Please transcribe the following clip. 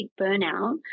burnout